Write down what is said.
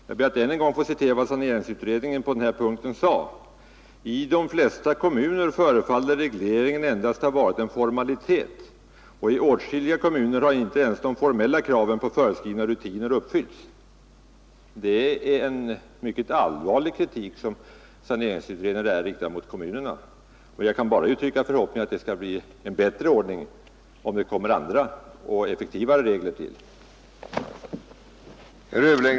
Jag ber att än en gång få citera vad saneringsutredningen på den punkten sade: ”I de flesta kommuner förefaller regleringen endast ha varit en formalitet, och i åtskilliga kommuner har inte ens de formella kraven på föreskrivna rutiner uppfyllts.” Det är en mycket allvarlig kritik som saneringsutredningen här riktar mot kommunerna, och jag kan bara uttrycka förhoppningen att det skall bli en bättre ordning, om andra och effektivare regler kommer till.